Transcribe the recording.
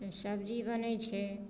सब्जी बनै छै